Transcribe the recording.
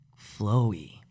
flowy